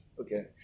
Okay